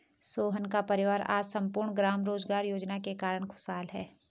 सोहन का परिवार आज सम्पूर्ण ग्राम रोजगार योजना के कारण खुशहाल है